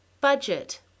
Budget